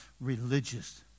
religious